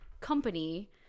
company